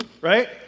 right